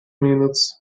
minutes